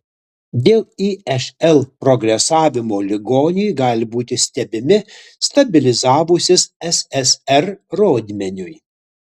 dėl išl progresavimo ligoniai gali būti stebimi stabilizavusis ssr rodmeniui